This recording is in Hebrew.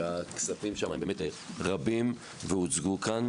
שהכספים שם רבים והוצגו כאן